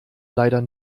leider